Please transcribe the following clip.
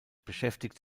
beschäftigt